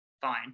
fine